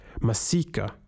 Masika